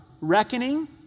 Reckoning